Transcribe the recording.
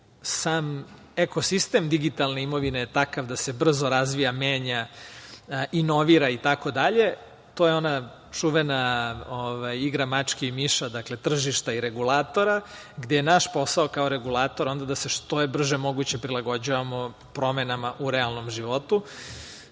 ekosistem digitalne imovine je takav da se brzo razvija, menja, inovira itd. To je ona čuvena igra mačke i miša, dakle, tržišta i regulatora, gde je naš posao kao regulatora da se što je brže moguće prilagođavamo promenama u realnom životu.